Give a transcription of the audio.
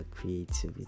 creativity